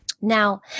Now